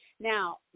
Now